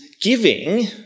giving